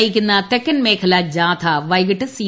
നയിക്കുന്ന തെക്കൻ മേഖലാ ജാഥ വൈകിട്ട് നാലിന് സി